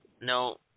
No